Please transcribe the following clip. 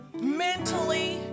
mentally